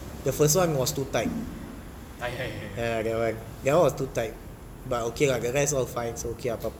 the first [one] was too tight ya that [one] that [one] was too tight but okay ah the rest all fine so okay ah apa-apa ah